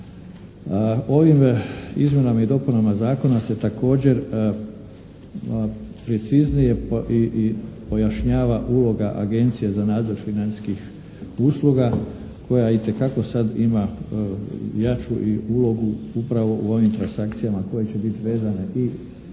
Ovim izmjenama i dopunama zakona se također preciznije i pojašnjava uloga Agencije za nadzor financijskih usluga koja itekako sad ima jaču ulogu upravo u ovim transakcijama koje će biti vezani i